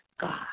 God